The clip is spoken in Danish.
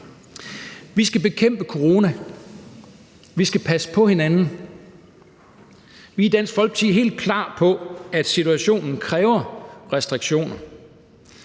Vi skal bekæmpe corona. Vi skal passe på hinanden. Vi er i Dansk Folkeparti helt klar på, at situationen kræver restriktioner,